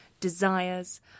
desires